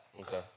Okay